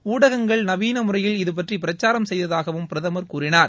ஊடகங்கள் நவீன முறையில் இதுபற்றி பிரச்சாரம் செய்ததாகவும் பிரதமர் கூறினார்